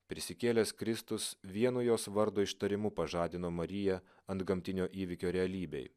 prisikėlęs kristus vienu jos vardo ištarimu pažadino mariją antgamtinio įvykio realybei